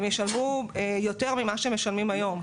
הם ישלמו יותר ממה שמשלמים היום.